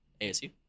ASU